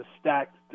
stacked